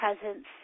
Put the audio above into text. presence